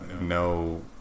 no